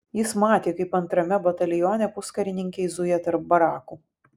jis matė kaip antrame batalione puskarininkiai zuja tarp barakų